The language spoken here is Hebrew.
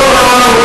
אותו רב,